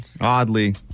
Oddly